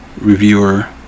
reviewer